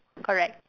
correct